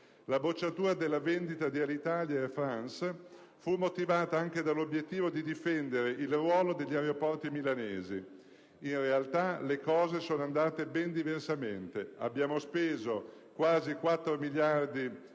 la bocciatura della vendita di Alitalia ad Air France fu motivata anche dall'obiettivo di difendere il ruolo degli aeroporti milanesi. In realtà, le cose sono andate ben diversamente. Abbiamo speso quasi 4 miliardi